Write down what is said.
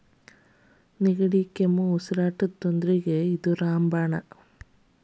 ನೆಗಡಿ, ಕೆಮ್ಮು, ಉಸಿರಾಟದ ತೊಂದ್ರಿಗೆ ಇದ ರಾಮ ಬಾಣ